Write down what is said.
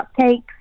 cupcakes